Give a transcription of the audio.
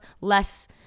less